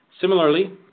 Similarly